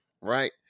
Right